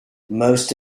most